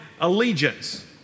allegiance